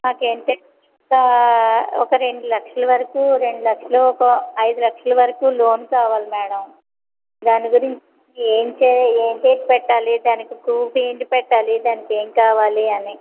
మాకు ఏంట ఒక ఒక రెండు లక్షలు వరకు రెండు లక్షలు ఒక ఐదు లక్షలు వరకు లోన్ కావాలి మ్యాడమ్ దాని గురించి ఏం చే ఏంటేంటి పెట్టాలి దానికి ప్రూఫ్ ఏంటి పెట్టాలి దానికి ఏం కావాలి అని